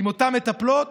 לאותן מטפלות,